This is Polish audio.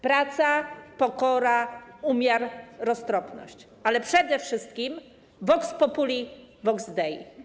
Praca, pokora, umiar, roztropność, ale przede wszystkim: vox populi, vox Dei.